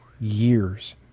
years